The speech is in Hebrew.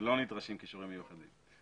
ולא נדרשים כישורים מיוחדים.